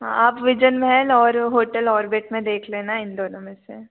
आप विजन महल और hotel Orbit में देख लेना इन दोनों में से